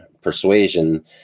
persuasion